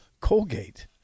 Colgate